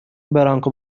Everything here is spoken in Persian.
برانکو